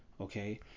okay